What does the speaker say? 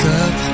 up